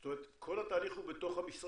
זאת אומרת כל התהליך הוא בתוך המשרד?